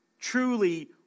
truly